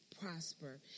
prosper